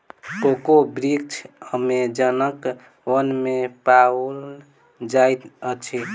cocoa वृक्ष अमेज़नक वन में पाओल जाइत अछि